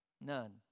None